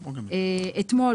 אתמול,